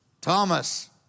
Thomas